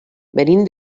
venim